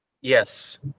Yes